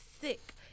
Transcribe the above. sick